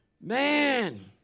Man